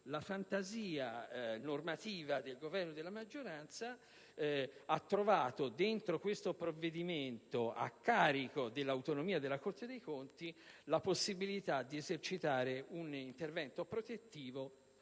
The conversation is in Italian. La fantasia normativa del Governo e della maggioranza ha trovato dentro questo provvedimento a carico dell'autonomia della Corte dei conti la possibilità di esercitare un intervento protettivo